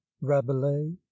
rabelais